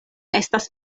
estas